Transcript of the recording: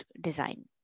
design